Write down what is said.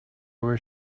were